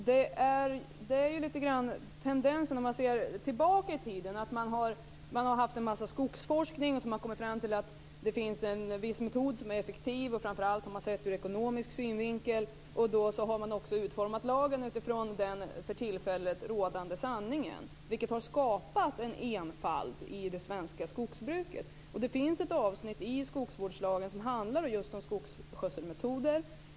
Fru talman! Det har lite grann varit en tendens tillbaka i tiden att man har bedrivit en massa skogsforskning och att man sedan har kommit fram till att det finns en viss metod som är effektiv. Framför allt har man sett det hela ur ekonomisk synvinkel. Man har då utformat lagen utifrån den för tillfället rådande sanningen, vilket har skapat en enfald i det svenska skogsbruket. Det finns ett avsnitt i skogsvårdslagen som handlar just om skogsskötselmetoder.